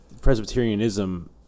Presbyterianism